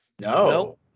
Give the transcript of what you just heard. No